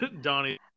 Donnie